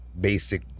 basic